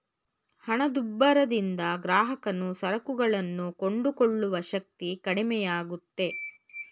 ಹಣದುಬ್ಬರದಿಂದ ಗ್ರಾಹಕನು ಸರಕುಗಳನ್ನು ಕೊಂಡುಕೊಳ್ಳುವ ಶಕ್ತಿ ಕಡಿಮೆಯಾಗುತ್ತೆ